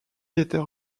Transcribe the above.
étaient